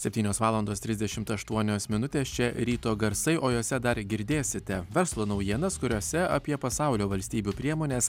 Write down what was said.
septynios valandos trisdešimt aštuonios minutės čia ryto garsai o juose dar girdėsite verslo naujienas kuriose apie pasaulio valstybių priemones